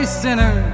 sinner